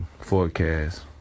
forecast